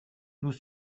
nous